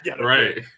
Right